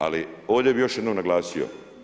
Ali ovdje bi još jednom naglasio.